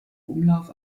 umlauf